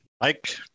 Mike